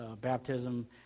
baptism